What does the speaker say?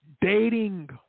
dating